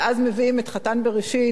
ואז מביאים את חתן בראשית.